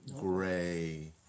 gray